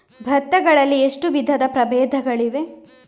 ಭತ್ತ ಗಳಲ್ಲಿ ಎಷ್ಟು ವಿಧದ ಪ್ರಬೇಧಗಳಿವೆ?